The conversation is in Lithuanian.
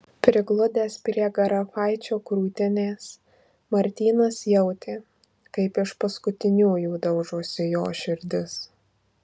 prigludęs prie grafaičio krūtinės martynas jautė kaip iš paskutiniųjų daužosi jo širdis